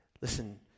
Listen